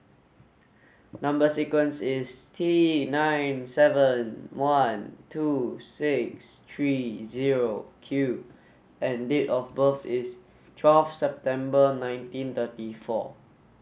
number sequence is T nine seven one two six three zero Q and date of birth is twelve September nineteen thirty four